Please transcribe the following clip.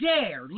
dare